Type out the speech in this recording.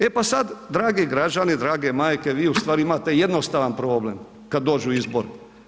E pa sad dragi građani, drage majke, vi ustvari imate jednostavan problem kad dođu izbori.